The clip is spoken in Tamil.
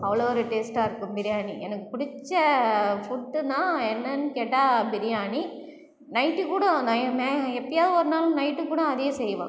அவ்வளோ ஒரு டேஸ்ட்டாக இருக்கும் பிரியாணி எனக்கு பிடிச்ச ஃபுட்ன்னா என்னன்னு கேட்டால் பிரியாணி நைட் கூட எப்போயாவது ஒரு நாள் நைட் கூட அதையே செய்வோம்